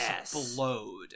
explode